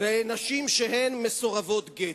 ונשים שהן מסורבות גט.